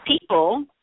people